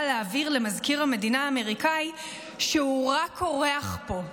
להבהיר למזכיר המדינה האמריקאי שהוא רק אורח פה.